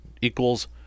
equals